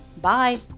Bye